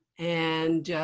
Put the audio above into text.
and